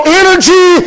energy